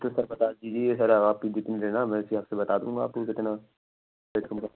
تو سر بتا دیجیے یہ سر آپ کو کتنی دینا ہے میں اسی حساب سے بتا دوں گا آپ کو کتنا ریٹ کم کر